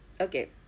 Okay